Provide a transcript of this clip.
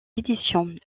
éditions